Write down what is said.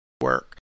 work